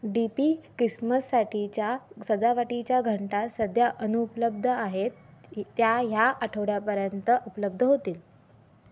D P ख्रिसमससाठीच्या सजावटीच्या घंटा सध्या अनुपलब्ध आहेत त्या ह्या आठवड्यापर्यंत उपलब्ध होतील